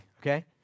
okay